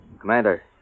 Commander